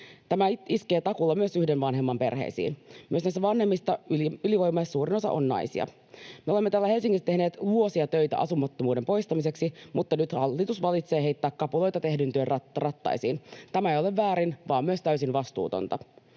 Tämä iskee takuulla myös yhden vanhemman perheisiin. Myös näistä vanhemmista ylivoimaisesti suurin osa on naisia. Me olemme täällä Helsingissä tehneet vuosia töitä asunnottomuuden poistamiseksi, mutta nyt hallitus valitsee heittää kapuloita tehdyn työn rattaisiin. Tämä ei ole vain väärin, vaan myös täysin vastuutonta.